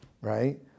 Right